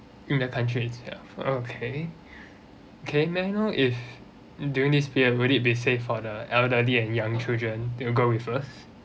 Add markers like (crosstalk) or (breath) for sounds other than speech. in that countries itself okay (breath) okay may I know if during this trip would it be save for the elderly and young children to go with us